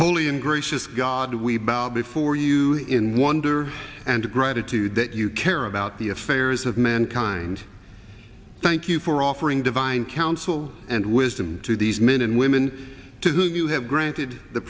holy and gracious god we bow before you in wonder and gratitude that you care about the affairs of mankind thank you for offering divine counsel and wisdom to these men and women to whom you have granted the